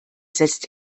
setzt